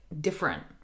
different